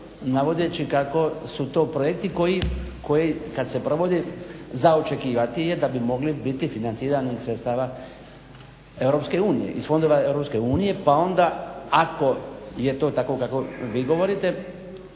navodeći kako su to projekti koji kad se provodi za očekivati je da bi mogli biti financirani iz sredstava EU, iz fondova EU, pa onda ako je to tako kako vi govorite